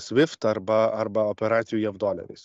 swift arba arba operacijų jav doleriais